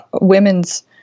women's